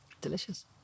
Delicious